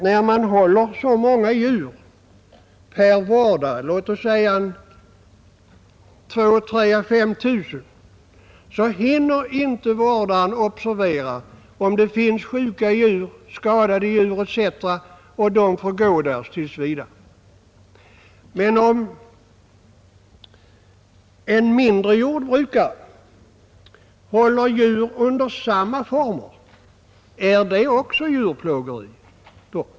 När man håller så många djur per vårdare — låt oss säga 3 000 å 5 000 — hinner vårdaren inte observera om det finns sjuka eller skadade djur i besättningen och dessa får då tills vidare gå där. Men om en mindre jordbrukare håller djur under samma former, är då också det djurplågeri?